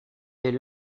est